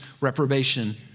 reprobation